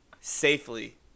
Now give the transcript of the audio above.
safely